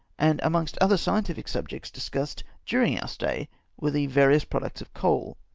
and amongst other scientific subjects discussed during our stay were the various products of coal,